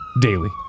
daily